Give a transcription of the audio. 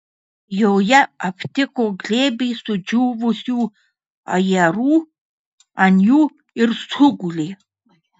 joje aptiko glėbį sudžiūvusių ajerų ant jų ir sugulė